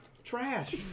Trash